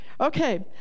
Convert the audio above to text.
Okay